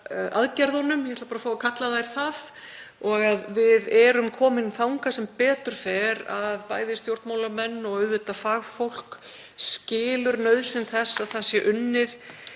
farsældaraðgerðunum, ég ætla bara að fá að kalla þær það. Við erum komin þangað sem betur fer að bæði stjórnmálamenn og auðvitað fagfólk skilur nauðsyn þess að unnið